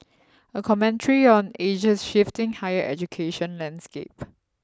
a commentary on Asia's shifting higher education landscape